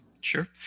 Sure